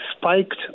spiked